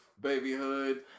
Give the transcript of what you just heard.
babyhood